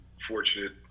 fortunate